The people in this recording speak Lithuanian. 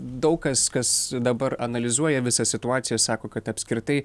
daug kas kas dabar analizuoja visą situaciją sako kad apskritai